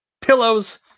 Pillows